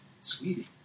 Sweetie